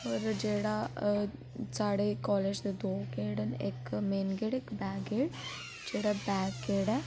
होर जेह्ड़ा सारे कालेज दे दो गेट न इक मेन गेट इक बैक गेट जेह्ड़ा बैक गेट ऐ